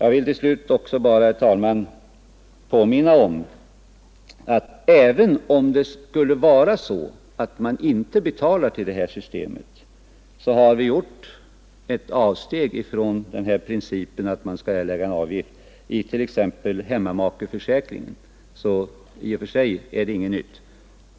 Till slut vill jag, herr talman, bara påminna om att även om det skulle — Rätt till allmän till vara så att man inte betalar till det här systemet så har vi t.ex. när det läggspension för gäller hemmamakeförsäkringen gjort ett avsteg från principen att man hemarbetande make m.m. skall erlägga avgift. I och för sig är det alltså ingenting nytt.